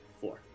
four